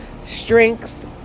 strengths